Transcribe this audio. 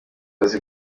azi